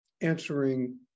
answering